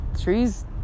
trees